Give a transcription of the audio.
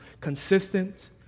consistent